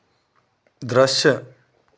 दृश्य